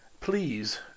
Please